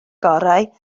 gorau